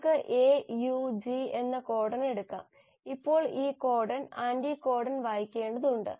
നമുക്ക് AUG എന്ന codon എടുക്കാം ഇപ്പോൾ ഈ കോഡൺ ആന്റികോഡൺ വായിക്കേണ്ടതുണ്ട്